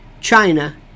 China